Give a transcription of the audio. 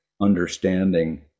understanding